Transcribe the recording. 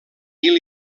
mil